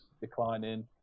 declining